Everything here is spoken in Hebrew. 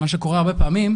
מה שקורה הרבה פעמים,